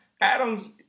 Adams